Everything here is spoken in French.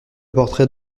portrait